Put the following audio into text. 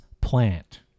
plant